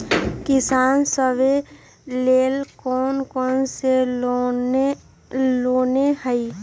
किसान सवे लेल कौन कौन से लोने हई?